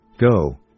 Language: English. go